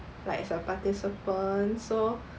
like as a participant so